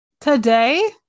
today